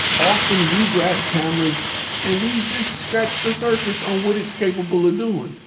often we grab cameras and we just scratched the surface on what it's capable of doing.